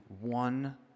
one